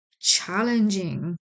challenging